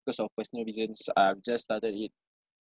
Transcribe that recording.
cause of personal reasons I've just started it